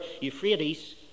Euphrates